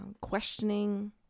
questioning